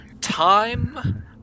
Time